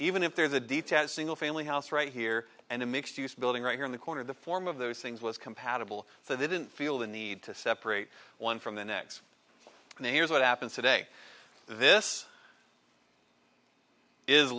even if there's a detached single family house right here and a mixed use building right here in the corner the form of those things was compatible so they didn't feel the need to separate one from the next and here's what happens today this is